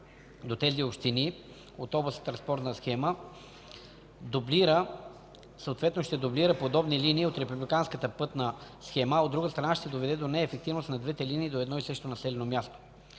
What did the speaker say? до тези общини от областната транспортна схема дублира, съответно ще дублира подобни линии от републиканската пътна схема, а от друга страна ще доведе до неефективност на двете линии до едно и също населено място.